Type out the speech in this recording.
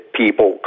people